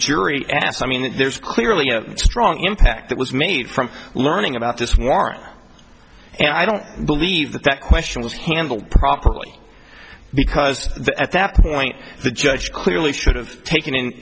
asked i mean there's clearly a strong impact that was made from learning about this warrant and i don't believe that that question was handled properly because that at that point the judge clearly should have taken in